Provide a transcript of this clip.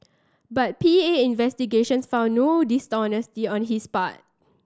but P A investigations found no dishonesty on his part